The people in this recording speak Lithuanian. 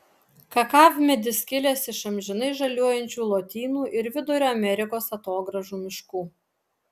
kakavmedis kilęs iš amžinai žaliuojančių lotynų ir vidurio amerikos atogrąžų miškų